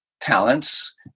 talents